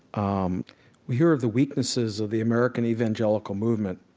um we hear of the weaknesses of the american evangelical movement.